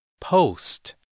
Post